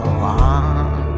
on